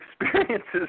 experiences